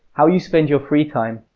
how you spend your free time,